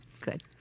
good